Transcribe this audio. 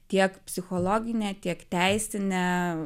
tiek psichologine tiek teisine